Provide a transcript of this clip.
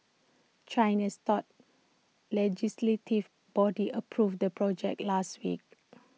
China's top legislative body approved the project last week